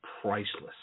priceless